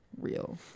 real